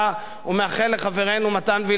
ומאחל לחברנו מתן וילנאי,